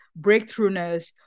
breakthroughness